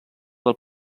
del